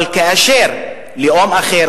אבל כאשר לאום אחר,